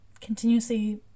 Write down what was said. continuously